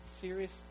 serious